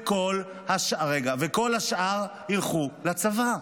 וכל השאר ילכו לצבא?